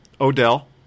Odell